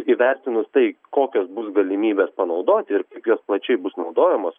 įvertinus tai kokios bus galimybės panaudoti ir kaip jos plačiai bus naudojamos